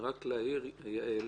רק להעיר, יעל,